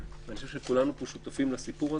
ואני חושב שכולנו פה שותפים לסיפור הזה.